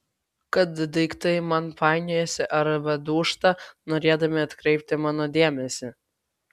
kad daiktai man painiojasi arba dūžta norėdami atkreipti mano dėmesį